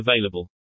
available